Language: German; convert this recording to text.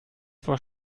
vor